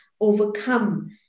overcome